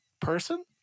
person